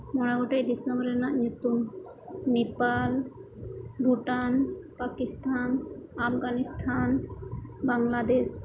ᱢᱚᱬᱮ ᱜᱚᱴᱮᱱ ᱫᱤᱥᱚᱢ ᱨᱮᱭᱟᱜ ᱧᱩᱛᱩᱢ ᱱᱮᱯᱟᱞ ᱵᱷᱩᱴᱟᱱ ᱯᱟᱠᱤᱥᱛᱟᱱ ᱟᱯᱷᱜᱟᱱᱤᱥᱛᱟᱱ ᱵᱟᱝᱞᱟᱫᱮᱥ